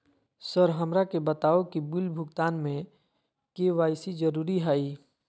Sir हमरा के बताओ कि बिल भुगतान में के.वाई.सी जरूरी हाई?